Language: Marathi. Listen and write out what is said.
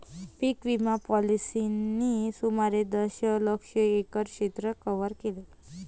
पीक विमा पॉलिसींनी सुमारे दशलक्ष एकर क्षेत्र कव्हर केले